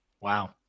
Wow